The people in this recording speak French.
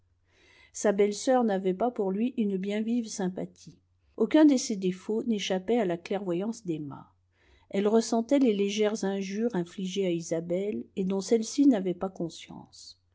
sa belle-sœur n'avait pas pour lui une bien vive sympathie aucun de ses défauts n'échappait à la clairvoyance d'emma elle ressentait les légères injures infligées à isabelle et dont celle-ci n'avait pas conscience